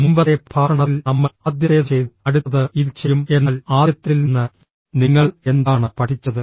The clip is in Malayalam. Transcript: മുമ്പത്തെ പ്രഭാഷണത്തിൽ നമ്മൾ ആദ്യത്തേത് ചെയ്തു അടുത്തത് ഇതിൽ ചെയ്യും എന്നാൽ ആദ്യത്തേതിൽ നിന്ന് നിങ്ങൾ എന്താണ് പഠിച്ചത്